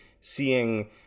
seeing